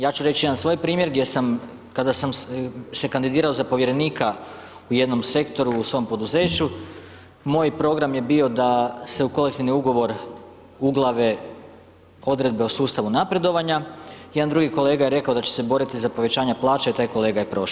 Ja ću reći jedan svoj primjer gdje sam kada sam se kandidirao za povjerenika u jednom sektoru u svom poduzeću moj program je bio da se u kolektivni ugovor uglave odredbe o sustavu napredovanja, jedan drugi kolega je rekao da će se boriti za povećanja plaća i taj kolega je prošao.